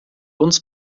uns